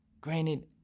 granted